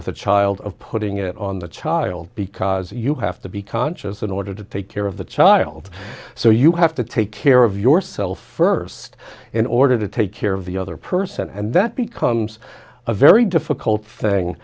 with a child of putting it on the child because you have to be conscious in order to take care of the child so you have to take care of yourself first in order to take care of the other person and that becomes a very difficult thing